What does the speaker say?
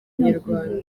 nyarwanda